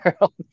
world